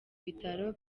bitaro